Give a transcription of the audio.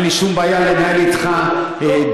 אין לי שום בעיה לנהל אתך דיון.